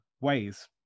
ways